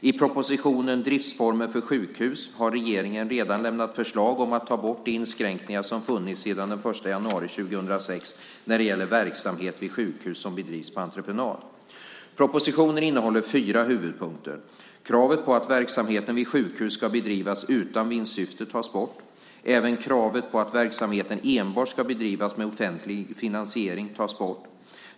I propositionen Driftsformer för sjukhus har regeringen redan lämnat förslag om att ta bort de inskränkningar som funnits sedan den 1 januari 2006 när det gäller verksamhet vid sjukhus som bedrivs på entreprenad. Propositionen innehåller fyra huvudpunkter. Kravet på att verksamhet vid sjukhus ska bedrivas utan vinstsyfte tas bort. Även kravet på att verksamheten enbart ska bedrivas med offentlig finansiering tas bort.